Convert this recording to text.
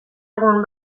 egun